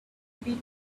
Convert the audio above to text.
bit